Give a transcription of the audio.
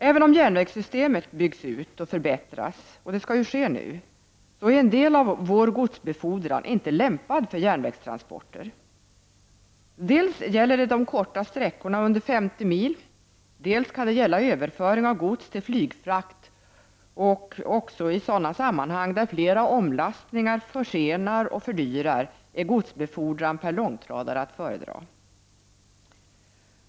Även om järnvägssystemet byggs ut och förbättras — och det skall ju ske nu — så är en del av godsbefordran inte lämpad för järnvägstransporter. Dels gäller det de korta sträckorna under 50 mil, dels kan det gälla överföring av gods till flygfrakt. Och även i sådana sammanhang där flera omlastningar försenar och fördyrar är godsbefordran per långtradare att föredra.